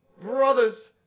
Brothers